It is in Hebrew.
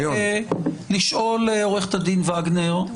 עורכת הדין וגנר,